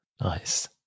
Nice